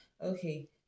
okay